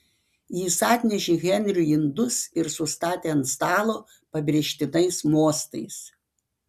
jis atnešė henriui indus ir sustatė ant stalo pabrėžtinais mostais